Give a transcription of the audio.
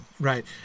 right